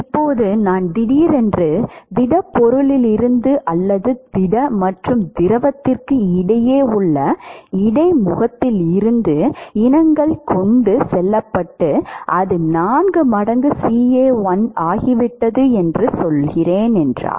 இப்போது நான் திடீரென்று திடப்பொருளிலிருந்து அல்லது திட மற்றும் திரவத்திற்கு இடையே உள்ள இடைமுகத்தில் இருந்து இனங்கள் கொண்டு செல்லப்பட்டு அது நான்கு மடங்கு CA1 ஆகிவிட்டது என்று சொல்லலாம்